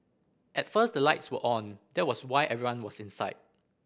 at first the lights were on that was why everyone was inside